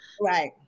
right